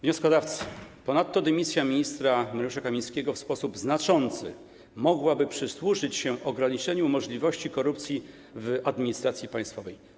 Wnioskodawcy: „Ponadto dymisja ministra Mariusza Kamińskiego w sposób znaczący mogłaby przysłużyć się ograniczeniu możliwości korupcji w administracji państwowej”